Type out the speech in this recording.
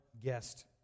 guest